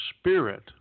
Spirit